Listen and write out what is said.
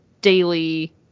daily